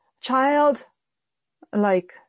child-like